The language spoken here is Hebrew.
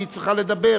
והיא צריכה לדבר.